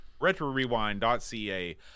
RetroRewind.ca